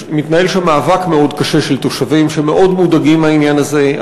מתנהל שם מאבק מאוד קשה של תושבים שמאוד מודאגים מהעניין הזה.